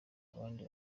abandi